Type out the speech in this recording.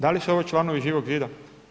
Da li su ovo članovi Živog zida?